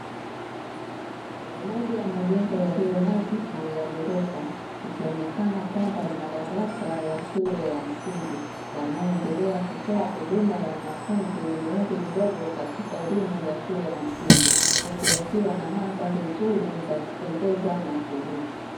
Ni moja ya majengo yaliyonadhifu ya ghorofa, ikionekana kwamba ni madarasa ya shule ya msingi, yanayoendelea kutoa huduma ya wanafunzi wenye umri mdogo katika elimu ya shule ya msingi, huku yakiwa na mandhari nzuri za kupendeza na tulivu.